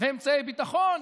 אמצעי ביטחון,